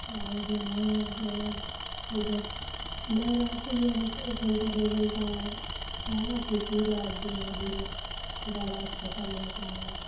اور جو ہے اور جو ہے وہ جو لین آتی ہے بس ایک گھنٹہ ڈیرھ گھنٹہ رہا پھر پورا جو ہے دن پورا رات ختم رہتا ہے